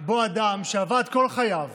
שבו אדם שעבד כל חייו